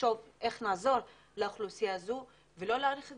לחשוב איך נעזור לאוכלוסייה הזאת ולא נאריך את